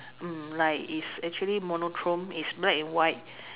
mm like is actually monochrome is black and white